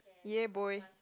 ya boy